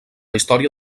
història